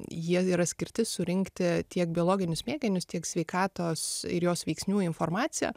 jie yra skirti surinkti tiek biologinius mėginius tiek sveikatos ir jos veiksnių informaciją